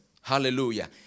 Hallelujah